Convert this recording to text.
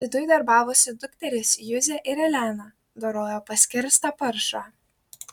viduj darbavosi dukterys juzė ir elena dorojo paskerstą paršą